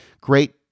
great